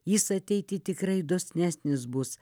jis ateity tikrai dosnesnis bus